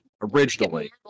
Originally